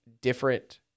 different